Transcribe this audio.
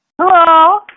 Hello